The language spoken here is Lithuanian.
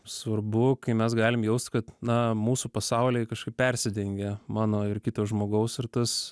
svarbu kai mes galim jaust kad na mūsų pasauliai kažkaip persidengia mano ir kito žmogaus ir tas